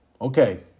Okay